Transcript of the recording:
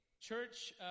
church